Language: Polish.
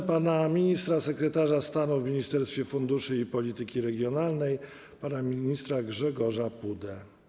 Zapraszamy sekretarza stanu w Ministerstwie Funduszy i Polityki Regionalnej pana ministra Grzegorza Pudę.